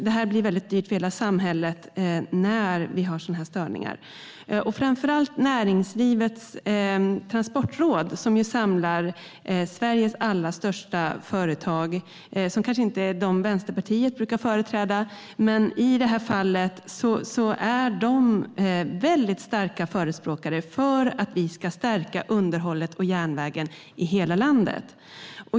Det blir mycket dyrt för hela samhället när vi har sådana störningar. Framför allt Näringslivets Transportråd, som samlar Sveriges allra största företag - det är kanske inte dem som Vänsterpartiet brukar företräda - är mycket starka förespråkare för att vi ska stärka underhållet och järnvägen i hela landet.